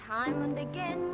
time and again